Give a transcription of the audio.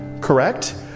correct